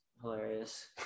hilarious